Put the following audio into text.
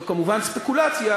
זו כמובן ספקולציה,